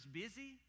busy